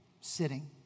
sitting